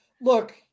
Look